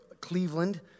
Cleveland